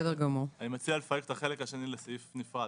אני מציע לפרק את החלק השני לסעיף נפרד.